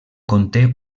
conté